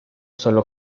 solo